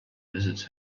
visits